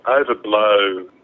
overblow